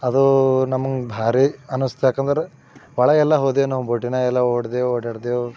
ಅದು ನಮಗೆ ಭಾರಿ ಅನ್ನಿಸ್ತು ಯಾಕೆಂದರೆ ಒಳಗೆಲ್ಲ ಹೋದೆವು ನಾವು ಬೋಟಿನಾಗೆಲ್ಲ ಓಡಿದೆವು ಓಡಾಡಿದೆವು